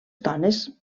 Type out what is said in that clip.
dones